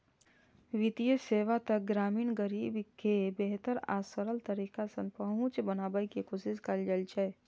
वित्तीय सेवा तक ग्रामीण गरीब के बेहतर आ सरल तरीका सं पहुंच बनाबै के कोशिश कैल जाइ छै